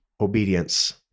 obedience